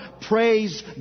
Praise